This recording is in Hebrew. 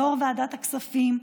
יושב-ראש ועדת הכספים,